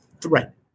threat